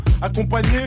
Accompagné